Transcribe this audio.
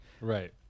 Right